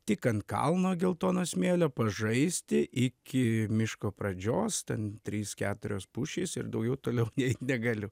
tik ant kalno geltono smėlio pažaisti iki miško pradžios ten trys keturios pušys ir daugiau toliau eit negaliu